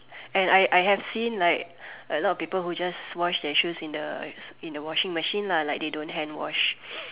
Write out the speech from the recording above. and I I have seen like a lot of people who just wash their shoes in the in the washing machine lah like they don't hand wash